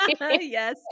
Yes